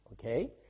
okay